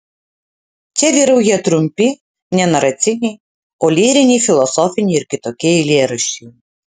čia vyrauja trumpi ne naraciniai o lyriniai filosofiniai ir kitokie eilėraščiai